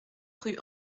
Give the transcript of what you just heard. rue